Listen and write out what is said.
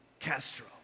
Castro